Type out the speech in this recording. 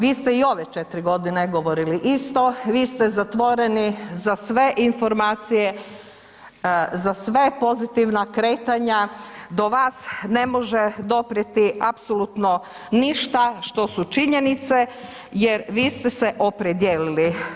Vi ste i ove 4 godine govorili isto, vi ste zatvoreni za sve informacije, za sve pozitivna kretanja, do vas ne može doprijeti apsolutno ništa što su činjenice jer vi ste se opredijelili.